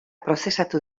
prozesatu